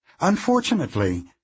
Unfortunately